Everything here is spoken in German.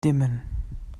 dimmen